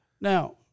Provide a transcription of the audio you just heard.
Now